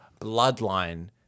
bloodline